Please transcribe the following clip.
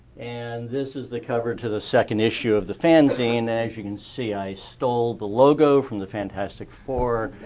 and this is the cover to the second issue of the fanzine. as you can see, i stole the logo from the fantastic four.